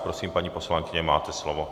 Prosím, paní poslankyně, máte slovo.